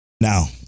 Now